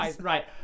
right